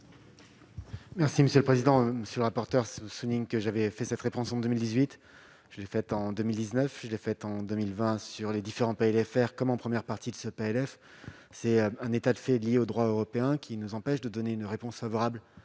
Merci monsieur le président, monsieur le rapporteur souligne que j'avais fait cette réponse en 2018, je l'ai fait, en 2009, je l'ai fait, en 2020 sur les différents pays, les faire comme en première partie de ce PLF c'est un état de fait liés au droit européen qui nous empêche de donner une réponse favorable